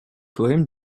poèmes